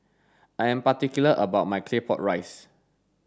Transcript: I am particular about my claypot rice